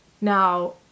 now